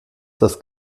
das